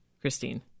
Christine